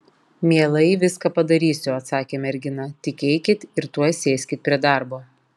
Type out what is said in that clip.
mielai viską padarysiu atsakė mergina tik eikit ir tuoj sėskit prie darbo